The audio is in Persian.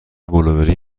بلوبری